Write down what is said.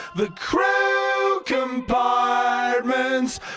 the crew compartment's